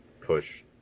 push